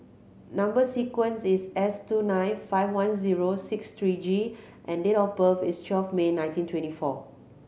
number sequence is S two nine five one zero six three G and date of birth is twelve May nineteen twenty four